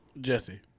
Jesse